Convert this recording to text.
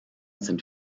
sind